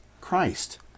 Christ